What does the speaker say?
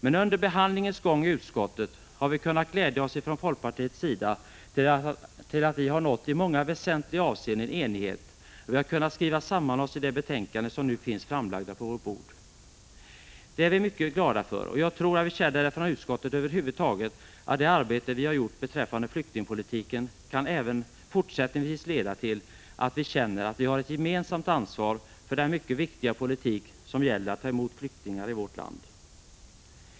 Men under behandlingens gång i utskottet har vi ifrån folkpartiets sida kunnat glädja oss åt att vi i många väsentliga avseenden har nått enighet. Vi har kunnat skriva samman oss i det betänkande som nu finns framlagt på våra bord. Det är vi mycket glada för. Jag tror att vi från utskottet känner att det arbete vi har gjort beträffande flyktingpolitiken även fortsättningsvis kan leda till att vi känner att vi har ett gemensamt ansvar för den mycket viktiga politik som gäller att ta emot flyktingar i vårt land.